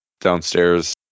downstairs